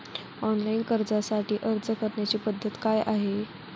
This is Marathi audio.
ऑनलाइन कर्जासाठी अर्ज करण्याची पद्धत काय आहे?